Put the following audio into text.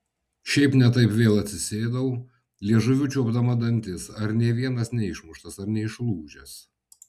šiaip ne taip vėl atsisėdau liežuviu čiuopdama dantis ar nė vienas neišmuštas ar neišlūžęs